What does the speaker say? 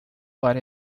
but